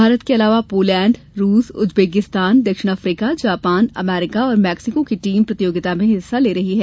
भारत के अलावा पोलेंड रूस उज्बेकिस्तान दक्षिण अफ्रीका जापान अमरीका और मैक्सिको की टीम प्रतियोगिता में हिस्सा ले रही हैं